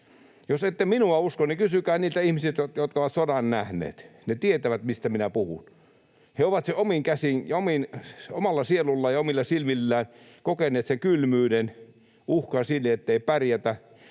Jos ette minua usko, niin kysykää niiltä ihmisiltä, jotka ovat sodan nähneet. He tietävät, mistä minä puhun. He ovat omin käsin ja omalla sielullaan ja omilla silmillään kokeneet sen kylmyyden, uhkan siitä, ettei pärjätä